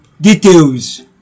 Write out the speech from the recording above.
Details